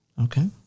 Okay